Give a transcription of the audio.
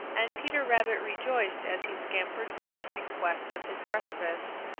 and peter rabbit rejoiced as he scampered forth in quest of his breakfast.